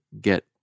get